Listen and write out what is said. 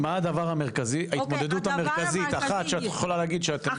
מה ההתמודדות המרכזית האחת שאת יכולה להגיד שאת מתמודדת איתה?